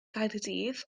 gaerdydd